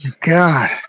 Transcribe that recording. God